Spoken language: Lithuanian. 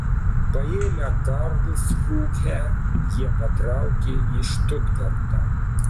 paėmę karlsrūhę jie patraukė į štutgartą